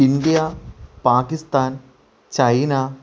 India Pakistan China